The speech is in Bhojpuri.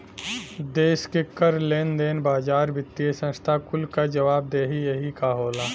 देस के कर, लेन देन, बाजार, वित्तिय संस्था कुल क जवाबदेही यही क होला